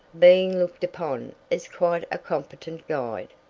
being looked upon as quite a competent guide.